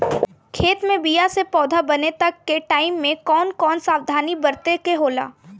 खेत मे बीया से पौधा बने तक के टाइम मे कौन कौन सावधानी बरते के होला?